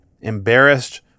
embarrassed